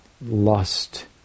lust